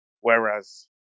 Whereas